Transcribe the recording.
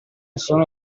sono